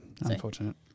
unfortunate